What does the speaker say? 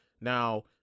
Now